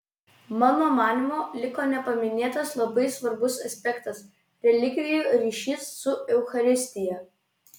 mano manymu liko nepaminėtas labai svarbus aspektas relikvijų ryšys su eucharistija